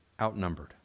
outnumbered